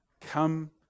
Come